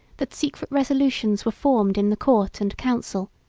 that secret resolutions were formed in the court and council,